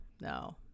No